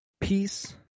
peace